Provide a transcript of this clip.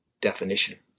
definition